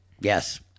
Yes